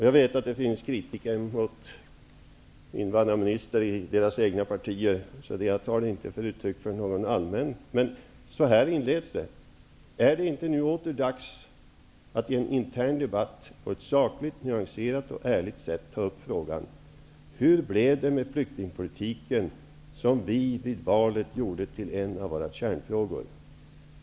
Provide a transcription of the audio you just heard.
Jag vet att det finns kritiker mot invandrarministrar i deras egna partier, så jag tar inte detta som något uttryck för någon allmän kritik. Men så här inleds artikeln. ''Är det inte nu åter dags att i en intern debatt på ett sakligt, nyanserat och ärligt sätt ta upp frågan: Hur blev det med flyktingpolitiken, som vi vid valet gjorde till en av våra kärnfrågor?